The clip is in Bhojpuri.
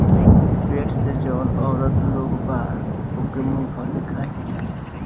पेट से जवन औरत लोग बा ओके मूंगफली खाए के चाही